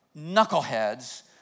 knuckleheads